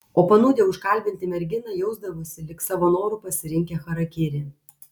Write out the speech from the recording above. o panūdę užkalbinti merginą jausdavosi lyg savo noru pasirinkę charakirį